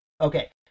Okay